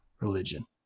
religion